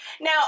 Now